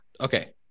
Okay